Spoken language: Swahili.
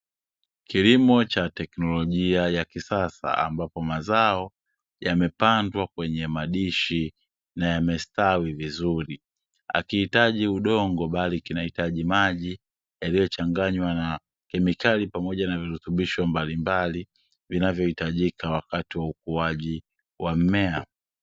Kilimo cha teknolojia ya kisasa, ambapo mazao yamepandwa kwenye madishi na yamestawi vizuri. Hakihitaji udongo bali kinahitaji maji yaliyochanganywa na kemikali pamoja na virutubisho mbalimbali, vinavyohitajika wakati wa ukuaji wa mmea.